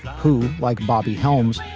who, like bobby helms,